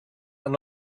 and